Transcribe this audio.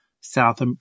South